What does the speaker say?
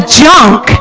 junk